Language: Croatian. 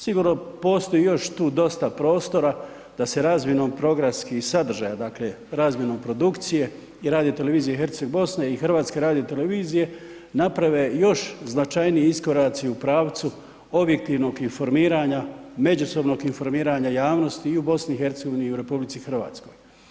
Sigurno postoji tu još dosta prostora da se razmjenom programskih sadržaja, dakle razmjenom produkcije i radio televizije Herceg Bosne i HRT-a naprave još značajniji iskoraci u pravcu objektivnog informiranja, međusobnog informiranja javnosti i u BiH i u RH.